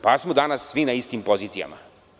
Pa, smo danas svi na istim pozicijama.